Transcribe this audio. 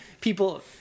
people